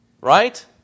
right